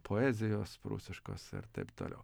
poezijos prūsiškos ir taip toliau